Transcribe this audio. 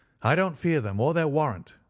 i don't fear them, or their warrant,